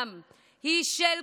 היא של כולם.